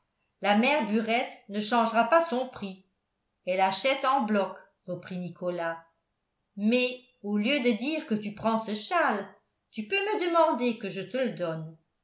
la mère burette ne changera pas son prix elle achète en bloc reprit nicolas mais au lieu de dire que tu prends ce châle tu peux me demander que je te le donne